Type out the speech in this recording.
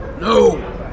No